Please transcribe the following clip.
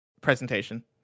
presentation